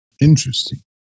interesting